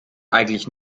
eigentlich